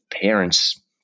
parents